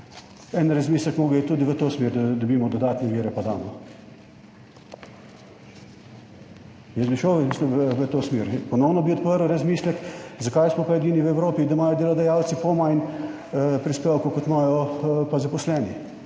en razmislek mogel iti tudi v to smer, da dobimo dodatne vire, pa damo. Jaz bi šel v to smer, ponovno bi odprl razmislek, zakaj smo pa edini v Evropi, da imajo delodajalci pol manj prispevkov kot imajo pa zaposleni.